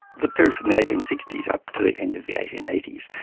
the period from the eighteen sixty s up to the end of the eighteen eighty s,